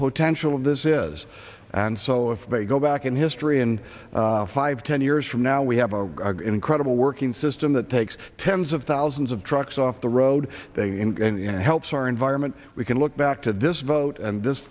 potential of this is and so if they go back in history and five ten years from now we have a credible working system that takes tens of thousands of trucks off the road and helps our environment we can look back to this vote and this